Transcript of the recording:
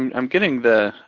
i'm getting the,